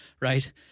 right